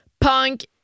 Punk